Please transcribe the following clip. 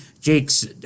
Jake's